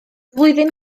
flwyddyn